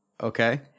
Okay